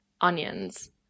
onions